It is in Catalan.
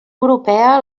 europea